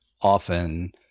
often